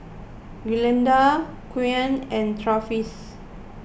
Glinda Keon and Travis